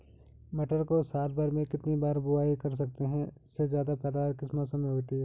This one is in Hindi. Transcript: मटर को साल भर में कितनी बार बुआई कर सकते हैं सबसे ज़्यादा पैदावार किस मौसम में होती है?